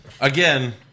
Again